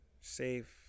Safe